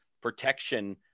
protection